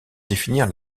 définir